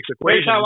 equation